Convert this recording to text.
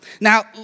Now